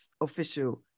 official